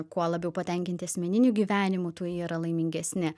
kuo labiau patenkinti asmeniniu gyvenimu tuo jie yra laimingesni